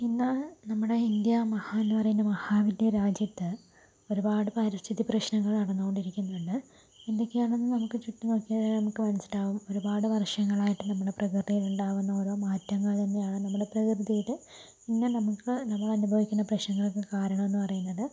ഇന്നാണ് നമ്മുടെ ഇന്ത്യ മഹാ എന്ന് പറയുന്ന മഹാ വലിയ രാജ്യത്ത് ഒരുപാട് പാരിസ്ഥിതി പ്രശ്നങ്ങള് നടന്നോണ്ടിരിക്കുന്നുണ്ട് എന്തൊക്കെയാണെന്ന് നമുക്ക് ചുറ്റും നോക്കിയാൽ നമുക്ക് മനസിലാവും ഒരുപാട് വർഷങ്ങളായിട്ട് നമ്മടെ പ്രകൃതിയിലുണ്ടാവുന്ന ഓരോ മാറ്റങ്ങള് തന്നെയാണ് നമ്മടെ പ്രകൃതിയില് പിന്നെ നമുക്ക് നമ്മളനുഭവിക്കുന്ന പ്രശ്നങ്ങൾക്ക് കാരണമെന്ന് പറയുന്നത്